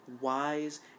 wise